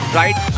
right